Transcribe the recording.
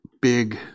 big